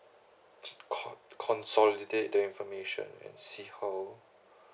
con~ consolidate the information and see how